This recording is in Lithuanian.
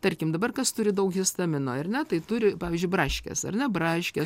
tarkim dabar kas turi daug histamino ar ne tai turi pavyzdžiui braškės ar ne braškės